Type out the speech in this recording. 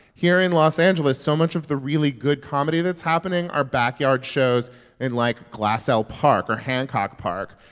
here in los angeles, so much of the really good comedy that's happening are backyard shows in like glassell park or hancock park.